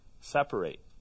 Separate